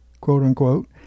quote-unquote